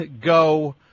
go